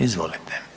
Izvolite.